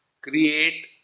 create